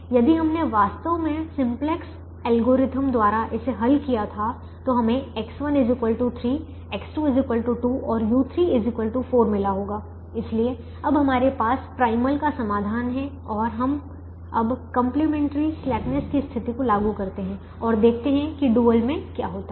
यदि हमने वास्तव में सिम्पलेक्स एल्गोरिथ्म द्वारा इसे हल किया था तो हमें X1 3 X2 2 और u3 4 मिला होगा इसलिए अब हमारे पास प्राइमल का समाधान है और हम अब कंप्लीमेंट्री स्लैकनेस की स्थिति को लागू करते हैं और देखते हैं कि डुअल में क्या होता है